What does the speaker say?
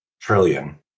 trillion